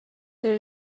there